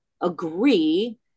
agree